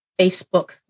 Facebook